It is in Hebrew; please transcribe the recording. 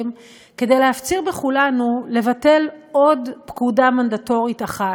כדי להפציר בכולנו לבטל עוד פקודה מנדטורית אחת,